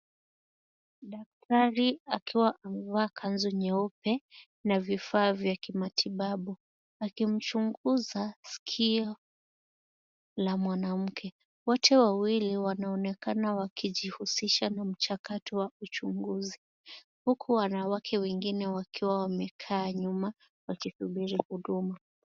Daktari akiwa amevaa kanzu nyeupe na vifaa vya kimatibabu akimchunguza skio la mwanamke wote wawili wanaonekana wakijihusisha na machakato wa uchunguzi huku wanawake wengine wakiwa wamekaa nyuma wakisubiri huduma.